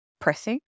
pressing